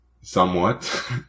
somewhat